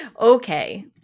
Okay